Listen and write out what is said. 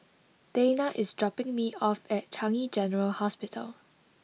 Dayna is dropping me off at Changi General Hospital